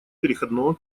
переходного